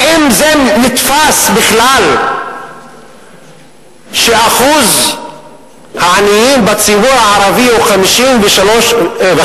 האם זה נתפס בכלל שאחוז העניים בציבור הערבי הוא 53.5%,